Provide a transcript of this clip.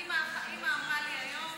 אימא אמרה לי היום